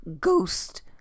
ghost